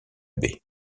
baie